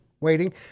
waiting